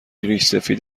ریشسفید